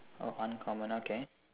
oh uncommon okay